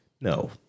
No